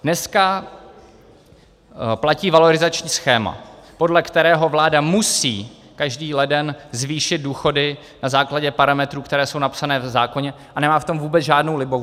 Dneska platí valorizační schéma, podle kterého vláda musí každý leden zvýšit důchody na základě parametrů, které jsou napsané v zákoně, a nemá v tom vůbec žádnou libovůli.